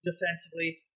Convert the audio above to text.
defensively